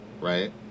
right